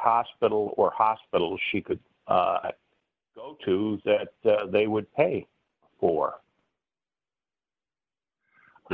hospital or hospital she could go to that they would pay for